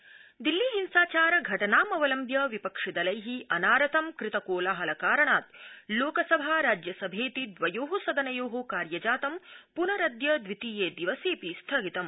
सदन स्थगनम् दिल्ली हिंसाचार घटनामवलम्ब्य विपक्षिदलै अनारतं कृतात् कोलाहल कारणात् लोकसभा राज्यसभेति द्वयो सदनयो कार्यजातम् प्नरद्य द्वितीये दिवसेऽपि स्थगितम्